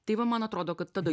tai va man atrodo kad tada